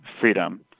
freedom